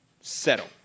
settle